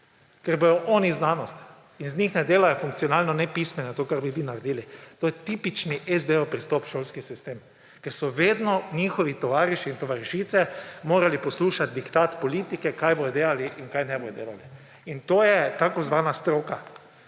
Ker bodo oni znanost. Iz njih ne delajo funkcionalno nepismenih, tega, kar bi vi naredili. To je tipični SD-jev pristop za šolski sistem, ker so vedno njihovi tovariši in tovarišice morali poslušati diktat politike, kaj bodo delali in česa ne bodo delali. In to je tako imenovana stroka.